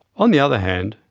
on the other hand,